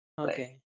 okay